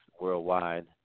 worldwide